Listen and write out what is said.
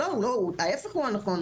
ההפך הוא הנכון,